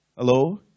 Hello